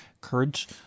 courage